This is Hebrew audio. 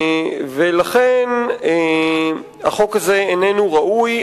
ולכן החוק הזה איננו ראוי.